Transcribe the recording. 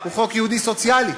הוא יהודי סוציאלי,